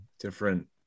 different